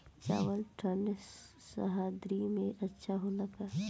चावल ठंढ सह्याद्री में अच्छा होला का?